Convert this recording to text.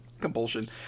compulsion